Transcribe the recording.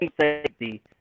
safety